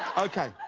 okay.